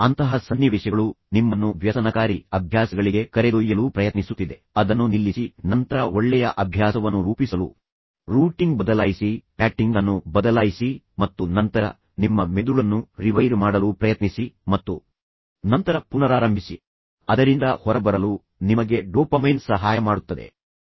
ಅಂತಹ ಸನ್ನಿವೇಶಗಳು ನಿಮ್ಮನ್ನು ವ್ಯಸನಕಾರಿ ಅಭ್ಯಾಸಗಳಿಗೆ ಕರೆದೊಯ್ಯಲು ಪ್ರಯತ್ನಿಸುತ್ತಿದೆ ಅದನ್ನು ನಿಲ್ಲಿಸಿ ನಂತರ ಒಳ್ಳೆಯ ಅಭ್ಯಾಸವನ್ನು ರೂಪಿಸಲು ರೂಟಿಂಗ್ ಬದಲಾಯಿಸಿ ಪ್ಯಾಟಿಂಗ್ ಅನ್ನು ಬದಲಾಯಿಸಿ ಮತ್ತು ನಂತರ ನಿಮ್ಮ ಮೆದುಳನ್ನು ರಿವೈರ್ ಮಾಡಲು ಪ್ರಯತ್ನಿಸಿ ಮತ್ತು ನಂತರ ಪುನರಾರಂಭಿಸಿ ಹೊಸ ಜೀವನ ಆರಂಭಿಸಲು ಅದರಿಂದ ಹೊರಬರಲು ನಿಮಗೆ ಡೋಪಮೈನ್ ಸಹಾಯ ಮಾಡುತ್ತದೆ ಎಂದು ಹೇಳಲು ಬಯಸುತ್ತೇನೆ